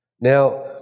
Now